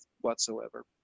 whatsoever